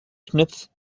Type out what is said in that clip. knüpft